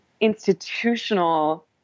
institutional